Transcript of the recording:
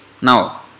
Now